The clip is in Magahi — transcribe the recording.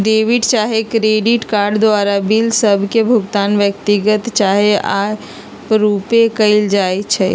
डेबिट चाहे क्रेडिट कार्ड द्वारा बिल सभ के भुगतान व्यक्तिगत चाहे आपरुपे कएल जाइ छइ